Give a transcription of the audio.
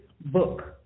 book